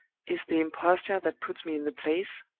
is the imposture that puts me in the place,